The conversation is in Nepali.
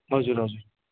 हजुर हजुर